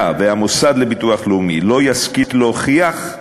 היה והמוסד לביטוח לאומי לא ישכיל להוכיח,